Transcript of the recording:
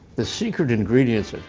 the secret ingredient so